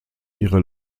ihre